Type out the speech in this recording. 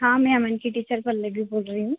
हाँ मैं अमन की टीचर पल्लवी बोल रही हूँ